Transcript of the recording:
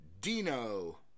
Dino